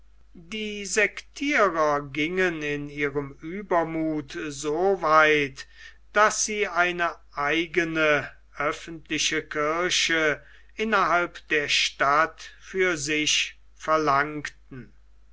die sektierer gingen in ihrem uebermuthe so weit daß sie eine eigene öffentliche kirche innerhalb der stadt für sich verlangten